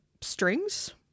strings